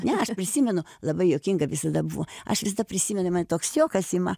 ne aš prisimenu labai juokinga visada buvo aš visada prisimenu man toks juokas ima